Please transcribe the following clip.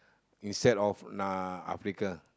instead of uh Africa